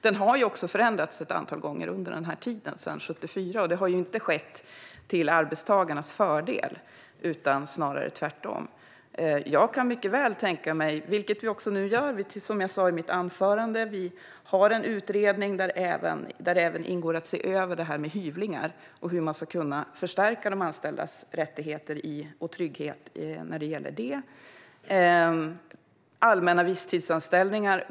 Den har också förändrats ett antal gånger under tiden sedan 1974, och det har ju inte skett till arbetstagarnas fördel, snarare tvärtom. Som jag sa i mitt anförande finns det en utredning där det ingår att se över detta med hyvlingar och hur man ska kunna förstärka de anställdas rättigheter och trygghet där. Vi behöver se över allmänna visstidsanställningar.